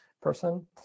person